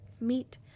meat